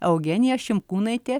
eugenija šimkūnaitė